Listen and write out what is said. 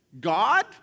God